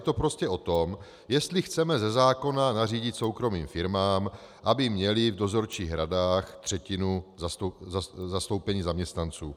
Je to prostě o tom, jestli chceme ze zákona nařídit soukromým firmám, aby měly v dozorčích radách třetinu zastoupení zaměstnanců.